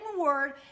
word